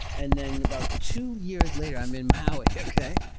and then about two years later, i'm in maui, okay?